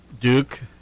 Duke